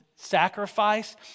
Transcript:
sacrifice